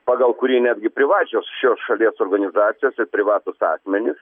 pagal kurį netgi privačios šios šalies organizacijos ir privatūs asmenys